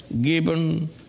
given